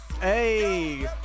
Hey